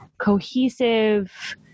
cohesive